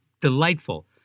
delightful